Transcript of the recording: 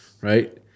right